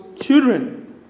children